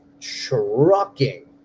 trucking